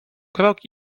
krok